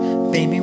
Baby